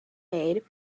made